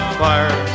fire